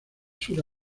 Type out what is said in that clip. suele